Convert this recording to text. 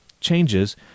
changes